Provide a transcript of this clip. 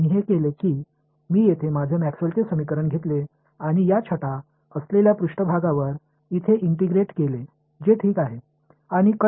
எனவே இதுவரை நான் செய்ததெல்லாம் எனது மேக்ஸ்வெல்லின் Maxwell's சமன்பாட்டை இங்கே எடுத்துக்கொண்டு இந்த நிழலாடிய மேற்பரப்பில் இங்கே இன்டகிரேட் செய்திருக்கிறேன்